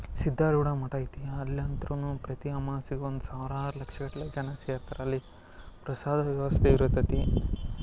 ಸಿದ್ಧಾರೂಢ ಮಠ ಐತಿ ಅಲ್ಲಿ ಅಂತ್ರೂ ಪ್ರತಿ ಅಮವಾಸ್ಯೆಗೊಂದು ಸಾವಿರಾರು ಲಕ್ಷಗಟ್ಟಲೆ ಜನ ಸೇರ್ತಾರ್ ಅಲ್ಲಿ ಪ್ರಸಾದದ ವ್ಯವಸ್ಥೆ ಇರುತೈತಿ